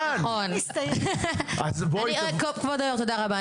תודה רבה,